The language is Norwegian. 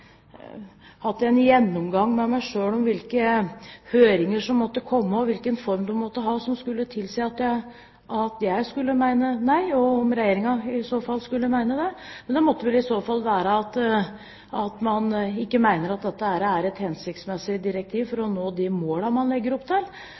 en gjennomgang med meg selv om hvilke høringer som måtte komme, og hvilken form de måtte ha, som skulle tilsi at jeg skulle mene nei, og om Regjeringen i så fall skulle mene det. Det måtte vel i så fall være at man ikke mener at dette er et hensiktsmessig direktiv for å